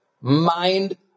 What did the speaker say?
mind